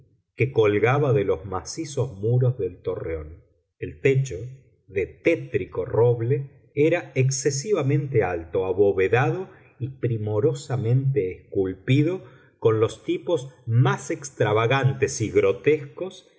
que colgaba de los macizos muros del torreón el techo de tétrico roble era excesivamente alto abovedado y primorosamente esculpido con los tipos más extravagantes y grotescos